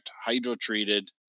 hydro-treated